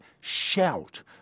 Shout